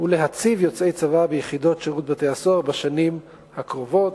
להציב יוצאי צבא ביחידות שירות בתי-הסוהר בשנים הקרובות.